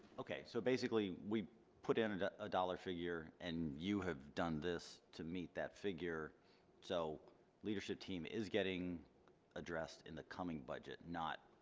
okay so basically we put in and a dollar figure and you have done this to meet that figure so leadership team is getting addressed in the coming budget not